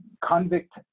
convict